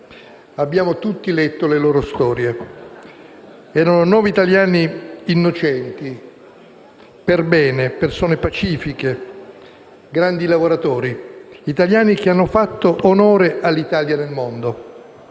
Abbiamo letto tutti le loro storie: erano nove italiani innocenti, perbene, persone pacifiche, grandi lavoratori; italiani che hanno fatto onore all'Italia nel mondo,